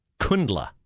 Kundla